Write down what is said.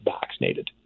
vaccinated